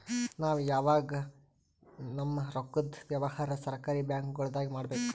ನಾವ್ ಯಾವಗಬೀ ನಮ್ಮ್ ರೊಕ್ಕದ್ ವ್ಯವಹಾರ್ ಸರಕಾರಿ ಬ್ಯಾಂಕ್ಗೊಳ್ದಾಗೆ ಮಾಡಬೇಕು